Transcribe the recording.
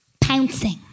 Pouncing